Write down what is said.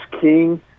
King